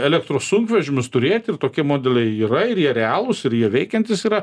elektros sunkvežimius turėti ir tokie modeliai yra realūs ir jie veikiantys yra